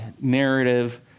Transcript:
Narrative